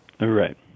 Right